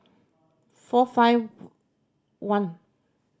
four five one